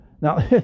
Now